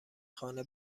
خانه